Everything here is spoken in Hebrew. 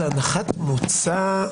זו הנחת מוצא,